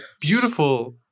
beautiful